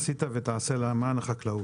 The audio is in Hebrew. עשית ותעשה למען החקלאות.